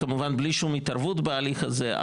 כמובן בלי שום התערבות בהליך הזה.